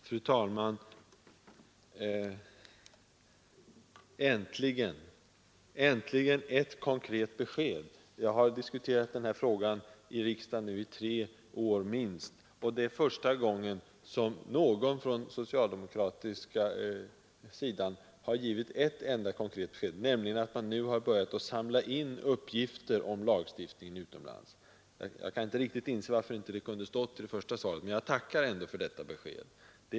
Fru talman! Äntligen, äntligen ett konkret besked! Jag har diskuterat den här frågan i riksdagen under minst tre år, och det är första gången som någon från den socialdemokratiska sidan har givit ett enda konkret besked, nämligen att man nu har börjat att samla uppgifter om lagstiftning utomlands. Jag kan inte inse varför detta inte kunde stått i det första svaret, men jag tackar ändå för beskedet.